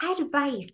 advice